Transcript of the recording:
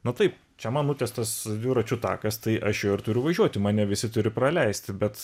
na taip čia man nutiestas dviračių takas tai aš juo ir turiu važiuoti mane visi turi praleisti bet